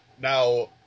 now